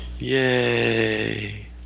Yay